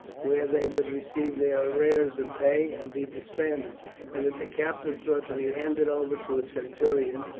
where they would receive their arrears of pay and be disbanded and that the captives were to be handed over to a centurion,